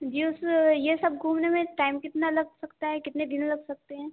जी उस ये सब घूमने में टाइम कितना लग सकता है कितने दिन लग सकते हैं